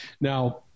now